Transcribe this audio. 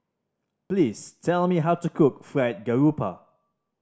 please tell me how to cook Fried Garoupa